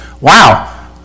wow